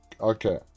okay